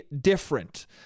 different